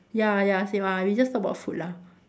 ya ya same ah we just talk about food lah